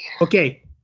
okay